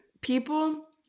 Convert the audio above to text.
people